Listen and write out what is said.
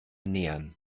nähern